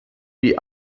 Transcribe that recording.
die